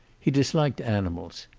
he disliked animals.